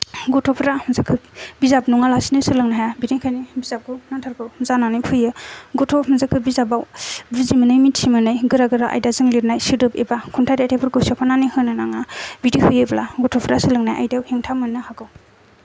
गथ'फोरा जेबो बिजाब नङालासे सोलोंनो हाया बेनिखायनो बिजाबखौ नांथारगौ जानानै फैयो गथ' जेखो बिजाबाव बुजिमोनै मिन्थिमोनै गोरा गोरा आयदाजों लिरनाय सोदोब एबा खन्थाइ रायथायफोरखौ सोफानानै होनो नाङा बिदि होयोब्ला गथ'फ्रा सोलोंनाय आयदायाव हेंथा मोन्नो हागौ